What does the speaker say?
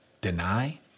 Deny